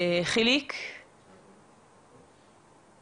עד שהוא יעלה